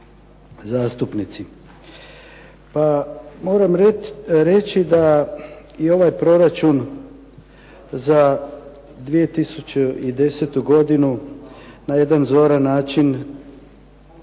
zastupnici. Pa moram reći da i ovaj proračun za 2010. godinu na jedan zoran način